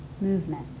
movement